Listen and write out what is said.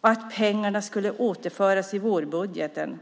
och att pengarna skulle återföras i vårbudgeten.